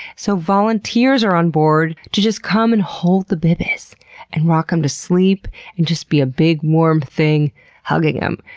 so volunteers are on board to just come and hold the bebehs and rock them to sleep and just be a big warm thing hugging them.